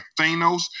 Thanos